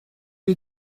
les